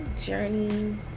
journey